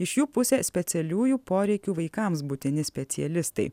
iš jų pusė specialiųjų poreikių vaikams būtini specialistai